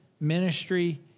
ministry